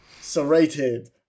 serrated